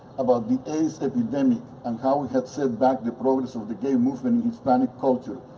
about the aids epidemic and how he had set back the progress of the gay movement in hispanic culture,